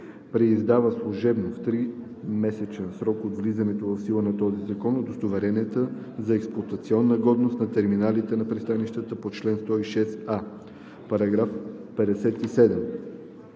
преиздава служебно в 3-месечен срок от влизането в сила на този закон удостоверенията за експлоатационна годност на терминалите на пристанищата по чл. 106а.“ По § 57